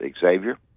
Xavier